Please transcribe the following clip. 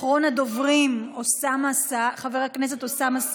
אחרון הדוברים, חבר הכנסת אוסאמה סעדי.